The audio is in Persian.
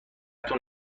تون